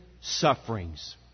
sufferings